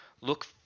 look